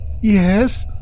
Yes